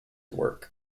work